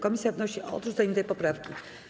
Komisja wnosi o odrzucenie tej poprawki.